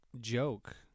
joke